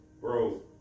Bro